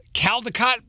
Caldecott